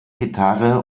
gitarre